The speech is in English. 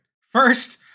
First